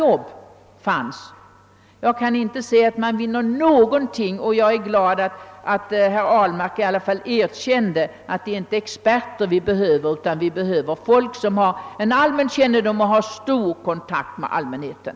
Ingenting av detta vinnes genom bifall till reservationen, och jag är glad att herr Ahlmark i alla fall erkände att det inte är experter vi behöver utan personer med mångsidiga kunskaper och god kontakt med allmänheten.